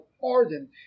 pardon